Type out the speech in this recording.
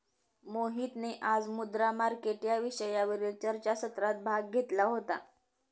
मोहितने आज मुद्रा मार्केट या विषयावरील चर्चासत्रात भाग घेतला होता